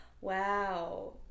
Wow